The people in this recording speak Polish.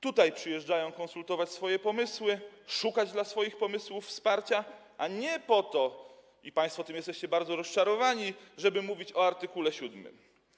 Tutaj przyjeżdżają konsultować swoje pomysły, szukać dla swoich pomysłów wsparcia, a nie po to, i państwo tym jesteście bardzo rozczarowani, żeby mówić o art. 7.